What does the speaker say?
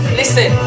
listen